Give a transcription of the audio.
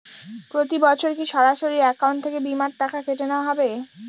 প্রতি বছর কি সরাসরি অ্যাকাউন্ট থেকে বীমার টাকা কেটে নেওয়া হবে?